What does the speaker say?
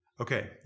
Okay